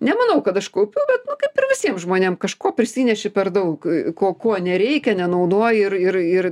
nemanau kad aš kaupiu bet nu kaip ir visiem žmonėm kažko prisineši per daug ko kuo nereikia nenaudoji ir ir ir